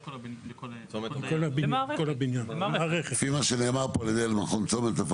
לפחות לפי מה שנאמר פה על ידי מכון צומת,